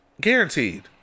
Guaranteed